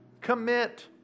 Commit